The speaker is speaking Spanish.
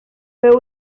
fue